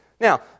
Now